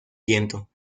viento